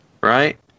Right